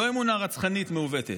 לא אמונה רצחנית מעוותת,